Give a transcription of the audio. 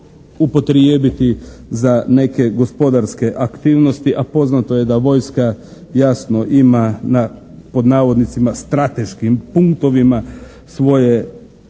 upotrijebiti za neke gospodarske aktivnosti a poznato je da vojska jasno ima na, pod navodnicima strateškim punktovima svoje